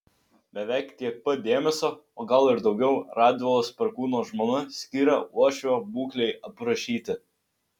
beveik tiek pat dėmesio o gal ir daugiau radvilos perkūno žmona skyrė uošvio būklei aprašyti